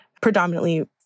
predominantly